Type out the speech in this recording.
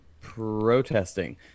protesting